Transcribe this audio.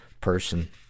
person